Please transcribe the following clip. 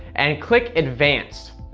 and click advanced.